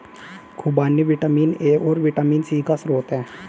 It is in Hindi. खूबानी विटामिन ए और विटामिन सी का स्रोत है